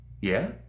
Yeah